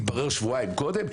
התברר שבועיים קודם?